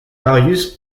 marius